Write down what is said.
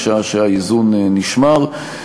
משעה שהאיזון נשמר.